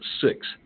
six